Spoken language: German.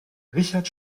richard